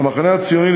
המחנה הציוני,